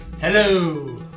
Hello